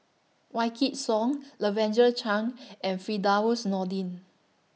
Wykidd Song Lavender Chang and Firdaus Nordin